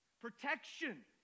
protection